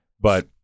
But-